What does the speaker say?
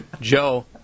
Joe